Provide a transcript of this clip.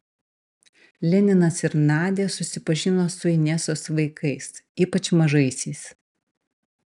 leninas ir nadia susipažino su inesos vaikais ypač mažaisiais